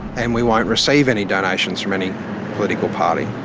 and we won't receive any donations from any political party.